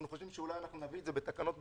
אולי אנחנו נביא את מס רכישה בנפרד בתקנות,